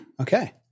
Okay